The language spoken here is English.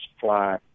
fly